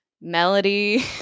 melody